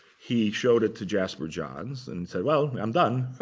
he showed it to jasper johns and said, well, i'm done.